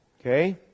Okay